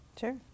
Sure